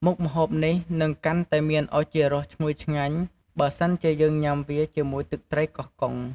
មុខម្ហូបនេះនឹងកាន់តែមានឱជារសឈ្ងុយឆ្ងាញ់ បើសិនជាយើងញុំាវាជាមួយទឹកត្រីកោះកុង។